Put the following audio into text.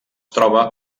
troba